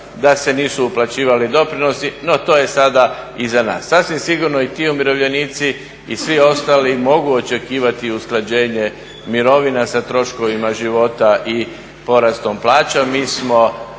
da se nisu uplaćivali doprinosi. No, to je sada iza nas. Sasvim sigurno i ti umirovljenici i svi ostali mogu očekivati usklađenje mirovina sa troškovima života i porastom plaća.